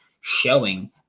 showing